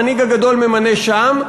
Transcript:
המנהיג הגדול ממנה שם,